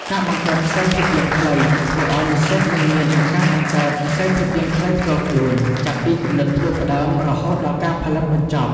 ការបង្កើតខ្សែភាពយន្តខ្លី ធ្វើឲ្យនិស្សិតនឹងមានឱកាសបង្កើតខ្សែភាពយន្តខ្លីផ្ទាល់ខ្លួន ចាប់ពីគំនិតផ្ដួចផ្ដើម រហូតដល់ការផលិតបញ្ចប់។